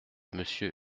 monsieur